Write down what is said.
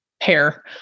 hair